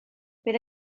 bydd